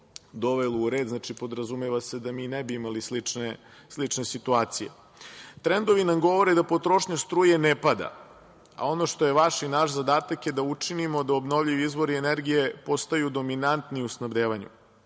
dovelo u red, znači, podrazumeva se da mi ne bi imali slične situacije. Trendovi nam govore da potrošnja struje ne pada, a ono što je naš i vaš zadatak da učinimo da obnovljivi izvori energije postaju dominantni u snabdevanju.